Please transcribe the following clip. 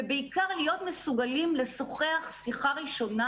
ובעיקר להיות מסוגלים לשוחח שיחה ראשונה